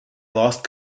lost